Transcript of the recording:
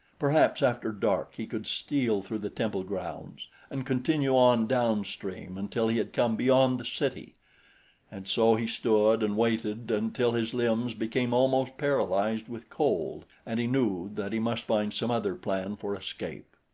perhaps after dark he could steal through the temple grounds and continue on downstream until he had come beyond the city and so he stood and waited until his limbs became almost paralyzed with cold, and he knew that he must find some other plan for escape.